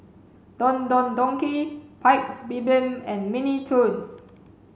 Don Don Donki Paik's Bibim and Mini Toons